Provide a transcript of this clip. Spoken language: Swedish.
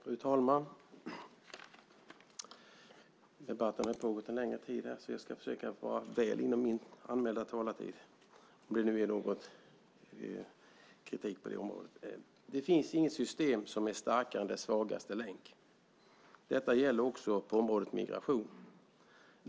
Fru talman! Debatten har pågått länge, så jag ska försöka att hålla mig inom min anmälda talartid. Inget system är starkare än dess svagaste länk. Det gäller också på området migration.